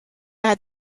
had